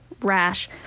rash